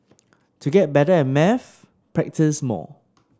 to get better at maths practise more